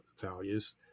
values